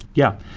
yeah.